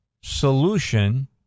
solution